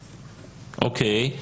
אוקיי.